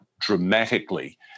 dramatically